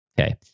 Okay